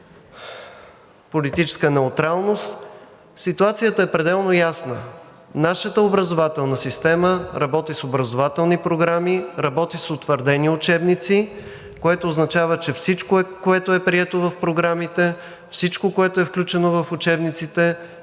политическа неутралност – ситуацията е пределно ясна. Нашата образователна система работи с образователни програми, работи с утвърдени учебници, което означава, че всичко, което е прието в програмите, всичко, което е включено в учебниците,